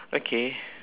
okay